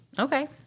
Okay